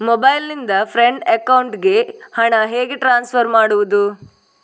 Mobile ನಿಂದ friend ಅಕೌಂಟಿಗೆ ಹಣ ಹೇಗೆ ಟ್ರಾನ್ಸ್ಫರ್ ಮಾಡುವುದು?